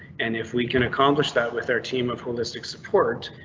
and if we can accomplish that with our team of holistic support,